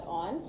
on